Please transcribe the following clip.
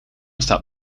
staat